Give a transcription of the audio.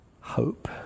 hope